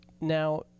Now